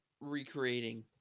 recreating